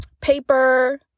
paper